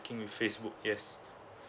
with facebook yes